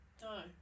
no